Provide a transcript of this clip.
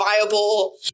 viable